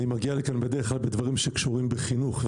אני מגיע לכאן בדרך כלל בדברים שקשורים בחינוך,